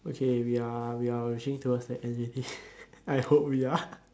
okay we are we are reaching towards the end already I hope we are